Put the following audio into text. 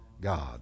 God